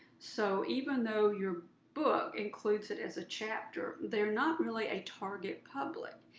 so even though your book includes it as a chapter, they're not really a target public,